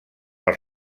els